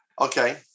Okay